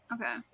Okay